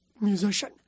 musician